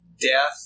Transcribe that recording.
death